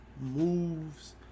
moves